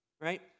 Right